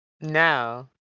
no